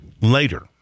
later